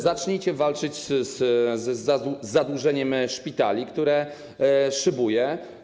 Zacznijcie walczyć z zadłużeniem szpitali, które szybuje.